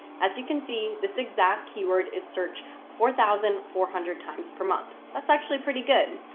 as you can see, this exact keyword is search four thousand four hundred times per month. that's actually pretty good.